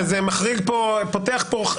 זה פותח.